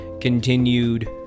continued